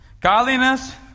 Godliness